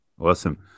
Awesome